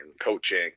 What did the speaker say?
coaching